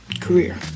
career